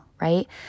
right